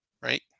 Right